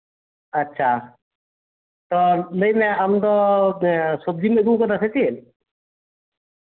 ᱟᱪᱪᱷᱟ ᱛᱚ ᱞᱟᱹᱭ ᱢᱮ ᱟᱢ ᱫᱚ ᱥᱚᱵᱡᱤᱢ ᱟᱹᱜᱩᱣᱟᱠᱟᱫᱟ ᱥᱮ ᱪᱮᱫ